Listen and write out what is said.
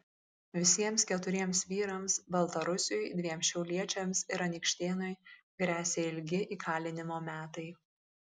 visiems keturiems vyrams baltarusiui dviem šiauliečiams ir anykštėnui gresia ilgi įkalinimo metai